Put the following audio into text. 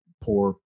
poor